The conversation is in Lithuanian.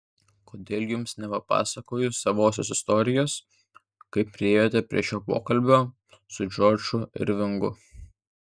kodėl jums nepapasakojus savosios istorijos kaip priėjote prie šio pokalbio su džordžu irvingu